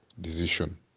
decision